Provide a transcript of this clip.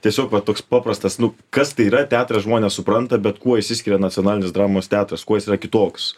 tiesiog va toks paprastas nu kas tai yra teatras žmonės supranta bet kuo išsiskiria nacionalinis dramos teatras kuo jis yra kitoks